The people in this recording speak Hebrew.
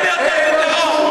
במפלגה תומכים יותר ויותר בטרור,